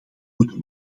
moeten